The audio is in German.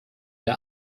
der